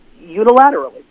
unilaterally